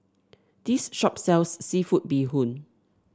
this shop sells seafood Bee Hoon